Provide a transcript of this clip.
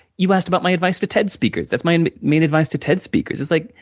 you asked about my advice to ted speakers. that's my and main advice to ted speakers. it's like,